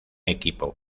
equipo